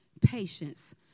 patience